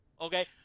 okay